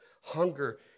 hunger